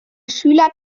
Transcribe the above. schüler